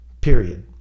period